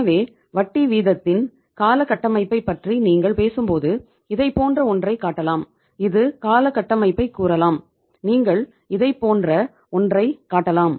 எனவே வட்டி விகிதத்தின் கால கட்டமைப்பைப் பற்றி நீங்கள் பேசும்போது இதைப் போன்ற ஒன்றைக் காட்டலாம் இது கால கட்டமைப்பைக் கூறலாம் நீங்கள் இதைப் போன்ற ஒன்றைக் காட்டலாம்